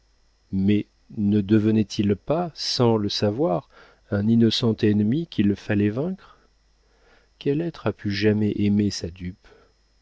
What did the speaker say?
mais ne devenait-il pas sans le savoir un innocent ennemi qu'il fallait vaincre quel être a pu jamais aimer sa dupe